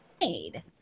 made